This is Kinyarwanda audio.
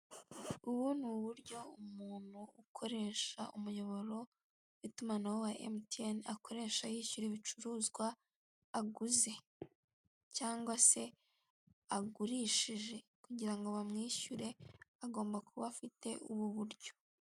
Ubu ni uburyo umuntu ukoresha umuyoboro w'itumanaho wa emutiyeni akoresha yishyura ibicuruzwa aguze; cyangwa se agurishije kugira ngo bamwishyure, agomba kuba afite ubu buryo.